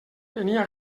tenia